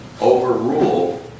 overrule